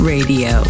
Radio